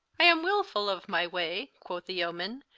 i am wilfulle of my waye, quo' the yeoman,